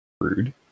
Rude